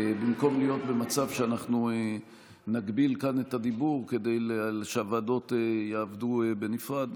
במקום להיות במצב שאנחנו נגביל כאן את הדיבור כדי שהוועדות יעבדו בנפרד.